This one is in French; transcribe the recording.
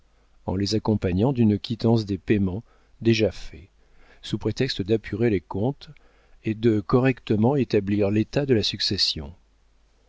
en les accompagnant d'une quittance des payements déjà faits sous prétexte d'apurer les comptes et de correctement établir l'état de la succession